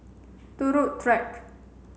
Turut Track